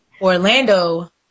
orlando